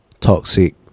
toxic